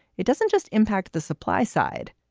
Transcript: it doesn't just impact the supply side.